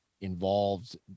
involved